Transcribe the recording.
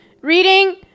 reading